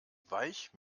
weich